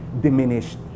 diminished